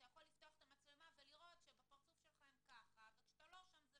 יכול לפתוח את המצלמה ולראות התנהגויות שלא יהיו כשאתה שם.